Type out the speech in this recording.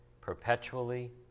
perpetually